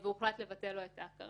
והוחלט לבטל לו את ההכרה,